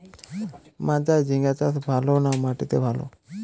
মাচায় ঝিঙ্গা চাষ ভালো না মাটিতে ভালো?